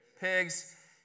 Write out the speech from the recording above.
pigs